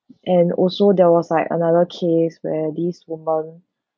and also there was like another case where this woman